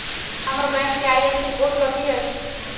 हमर बैंक के IFSC code कथि हई?